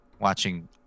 watching